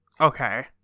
Okay